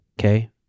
okay